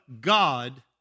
God